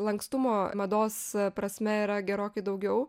lankstumo mados prasme yra gerokai daugiau